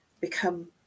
become